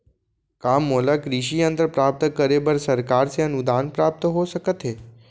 का मोला कृषि यंत्र प्राप्त करे बर सरकार से अनुदान प्राप्त हो सकत हे?